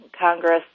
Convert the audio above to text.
Congress